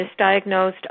misdiagnosed